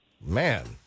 Man